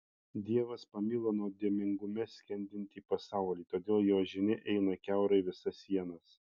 dievas pamilo nuodėmingume skendintį pasaulį todėl jo žinia eina kiaurai visas sienas